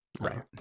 Right